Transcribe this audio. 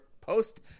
Post